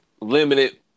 limited